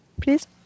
please